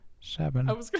Seven